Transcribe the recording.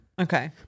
Okay